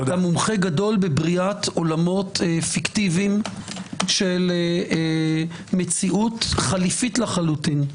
אתה מומחה גדול בבריאת עולמות פיקטיביים של מציאות חליפית לחלוטין.